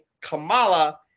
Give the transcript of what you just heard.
Kamala